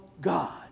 God